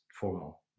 formal